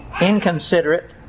inconsiderate